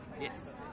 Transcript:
Yes